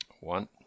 One